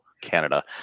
Canada